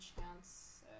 chance